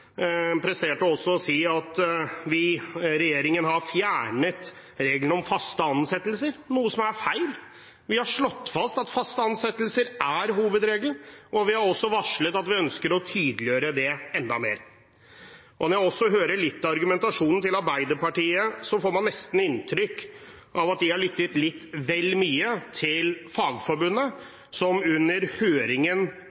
presterte å si at regjeringen har fjernet reglene om faste ansettelser, noe som er feil. Vi har slått fast at faste ansettelser er hovedregelen. Vi har også varslet at vi ønsker å tydeliggjøre det enda mer. Når man også hører litt av argumentasjonen til Arbeiderpartiet, får man nesten inntrykk av at de har lyttet litt vel mye til